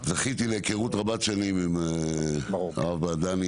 זכיתי להיכרות רבת שנים עם הרב בעדני